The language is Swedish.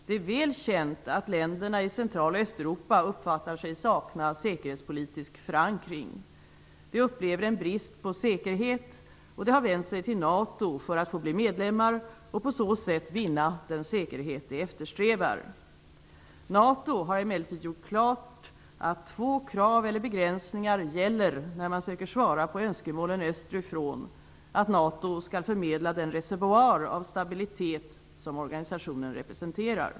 Det är väl känt att länderna i Central och Östeuropa uppfattar sig sakna säkerhetspolitisk förankring. De upplever en brist på säkerhet, och de har därför vänt sig till NATO för att få bli medlemmar och på så sätt vinna den säkerhet som de eftersträvar. NATO har emellertid gjort klart att två begränsningar gäller när man söker svara på önskemålen österifrån om att NATO skall förmedla den reservoar av stabilitet som organisationen representerar.